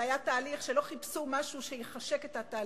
זה היה תהליך שלא חיפשו משהו שיחשק אותו,